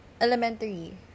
elementary